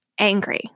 angry